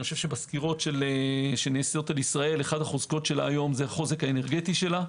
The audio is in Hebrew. בסקירות שנעשות על ישראל אחת החוזקות שלה היום זה החוזק האנרגטי שלה.